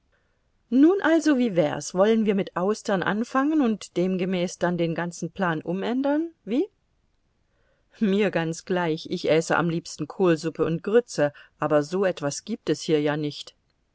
nun also wie wär's wollen wir mit austern anfangen und demgemäß dann den ganzen plan umändern wie mir ganz gleich ich äße am liebsten kohlsuppe und grütze aber so etwas gibt es hier ja nicht